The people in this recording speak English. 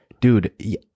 Dude